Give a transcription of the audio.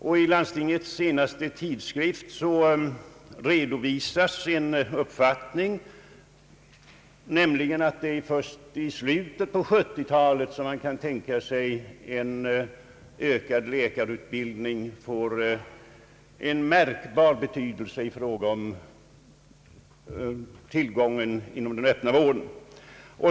I Svenska landstingsförbundets senaste tidskrift redovisas den uppfattningen, att man först i slutet av 1970-talet kan tänka sig att en ökad läkarutbildning får märkbar betydelse för tillgången på läkare inom den öppna vården.